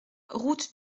route